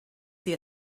see